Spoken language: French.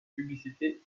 publicités